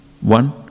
one